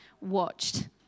watched